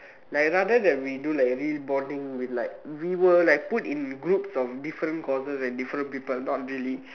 like I rather that we do like real boarding like real world like put in groups of different courses and different people not really